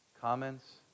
comments